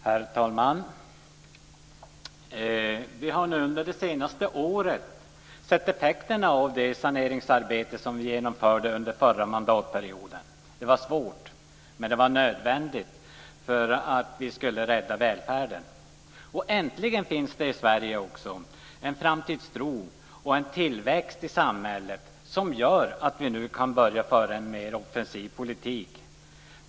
Herr talman! Vi har under det senaste året sett effekterna av det saneringsarbete som vi genomförde under förra mandatperioden. Det var svårt men det var nödvändigt för att rädda välfärden. Äntligen finns det i Sverige en framtidstro och en tillväxt i samhället som gör att vi nu kan börja föra en mer offensiv politik.